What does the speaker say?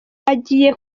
agiye